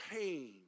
pain